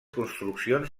construccions